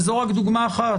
וזו רק דוגמה אחת,